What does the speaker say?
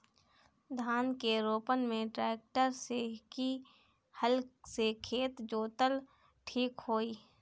धान के रोपन मे ट्रेक्टर से की हल से खेत जोतल ठीक होई?